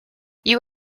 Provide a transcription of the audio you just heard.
you